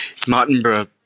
Martinborough